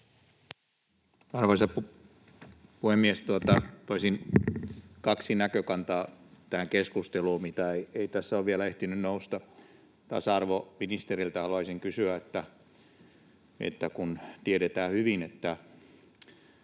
Arvoisa puhemies! Toisin kaksi näkökantaa tähän keskusteluun, mitä ei tässä ole vielä ehtinyt nousta. Tasa-arvoministeriltä haluaisin kysyä, että kun tiedetään hyvin, että